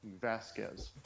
Vasquez